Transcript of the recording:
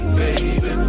baby